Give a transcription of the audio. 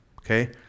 Okay